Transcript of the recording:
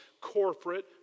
corporate